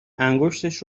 انگشتش